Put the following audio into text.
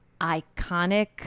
iconic